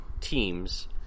teams